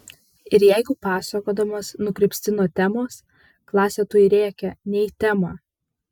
ir jeigu pasakodamas nukrypsti nuo temos klasė tuoj rėkia ne į temą